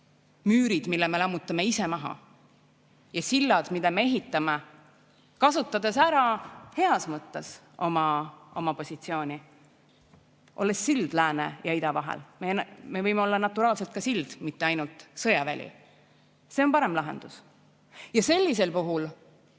müürid, mille me lammutame ise maha, ja sillad, mida me ehitame, kasutades ära heas mõttes oma positsiooni. Olles sild lääne ja ida vahel, me võime olla naturaalselt ka sild, mitte ainult sõjaväli. See on parem lahendus. Ja sellisel puhul